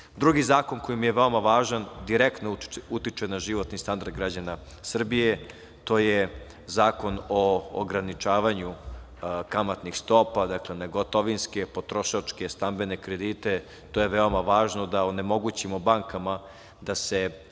zakon koji mi je veoma važan direktno utiče na životni standard građana Srbije, Zakon o ograničavanju kamatnih stopa na gotovinske, potrošačke, stambene kredite. To je veoma važno da onemogućimo bankama da